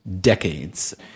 decades